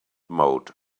mode